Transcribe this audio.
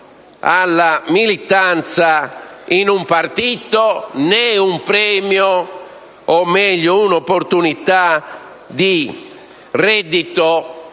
alla militanza in un partito, o di un premio - o, meglio, di un'opportunità - di reddito